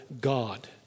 God